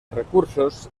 recursos